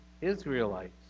Israelites